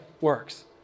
works